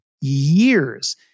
years